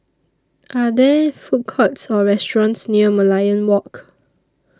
Are There Food Courts Or restaurants near Merlion Walk